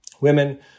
Women